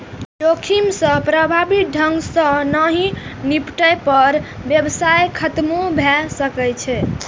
जोखिम सं प्रभावी ढंग सं नहि निपटै पर व्यवसाय खतमो भए सकैए